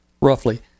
roughly